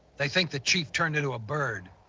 they think the chief turns into a bird.